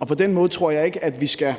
og på den måde tror jeg ikke, at vi kun